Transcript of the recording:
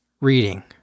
reading